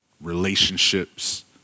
relationships